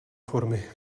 formy